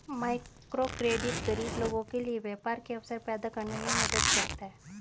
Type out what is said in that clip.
microcredit गरीब लोगों के लिए व्यापार के अवसर पैदा करने में मदद करता है